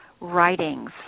writings